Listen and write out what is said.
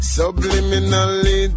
subliminally